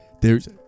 There's-